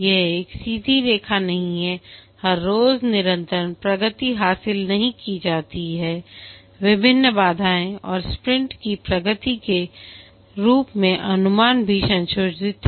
यह एक सीधी रेखा नहीं है हर रोज निरंतर प्रगति हासिल नहीं की जाती है विभिन्न बाधाएं हैं और स्प्रिंट की प्रगति के रूप में अनुमान भी संशोधित हैं